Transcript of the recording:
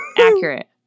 accurate